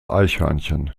eichhörnchen